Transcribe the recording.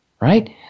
right